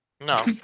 No